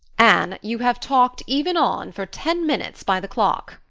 anne, you have talked even on for ten minutes by the clock,